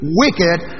wicked